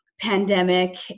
pandemic